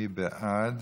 מי בעד